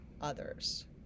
others